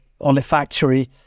olfactory